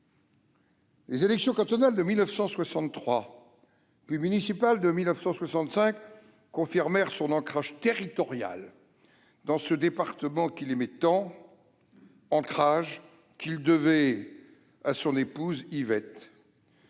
Les élections cantonales de 1963, puis municipales de 1965, confirmèrent son ancrage territorial dans ce département qu'il aimait tant. Un ancrage qu'il devait à son épouse Yvette,